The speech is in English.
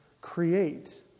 create